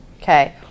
Okay